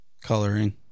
Coloring